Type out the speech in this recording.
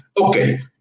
Okay